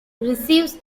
receives